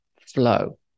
flow